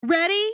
Ready